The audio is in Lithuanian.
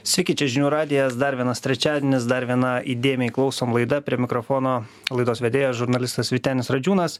sveiki čia žinių radijas dar vienas trečiadienis dar viena įdėmiai klausom laida prie mikrofono laidos vedėjas žurnalistas vytenis radžiūnas